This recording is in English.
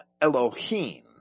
Elohim